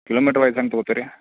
kilometre wise ಹೆಂಗೆ ತಗೋತೀರಿ